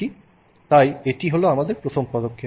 সুতরাং এটি প্রথম পদক্ষেপ